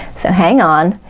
so hang on,